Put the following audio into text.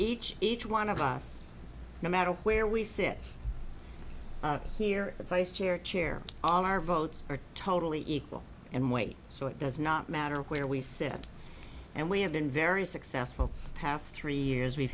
each each one of us no matter where we sit here and face your chair all our votes are totally equal and weight so it does not matter where we sit and we have been very successful past three years we've